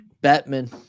batman